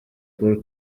paul